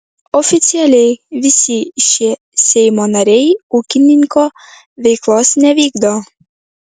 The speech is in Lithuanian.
oficialiai visi šie seimo nariai ūkininko veiklos nevykdo